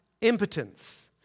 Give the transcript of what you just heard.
impotence